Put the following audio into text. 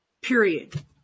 Period